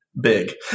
big